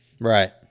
Right